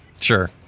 Sure